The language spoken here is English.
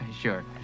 Sure